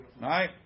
Right